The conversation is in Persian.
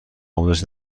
آموزش